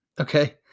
Okay